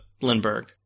Lindbergh